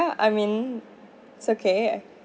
I mean it's okay